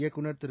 இயக்குநர் திரு